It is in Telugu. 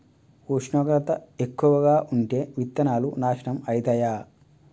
ఉష్ణోగ్రత ఎక్కువగా ఉంటే విత్తనాలు నాశనం ఐతయా?